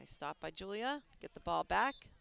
i stopped by julia get the ball back